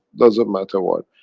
doesn't matter what,